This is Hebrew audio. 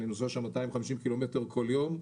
אני נוסע שם 250 ק"מ כל יום,